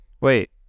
Wait